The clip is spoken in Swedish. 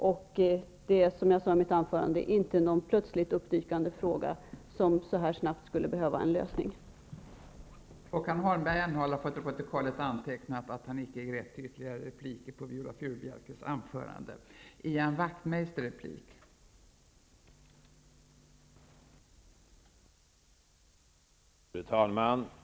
Det är, som jag sade i mitt anförande, inte någon plötsligt uppdykande fråga som skulle behöva en lösning så snabbt.